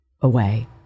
away